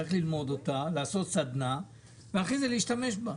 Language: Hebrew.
צריך לעשות סדנה כדי ללמוד אותה ואחרי זה להשתמש בה.